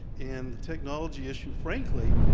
and the technology issue, frankly,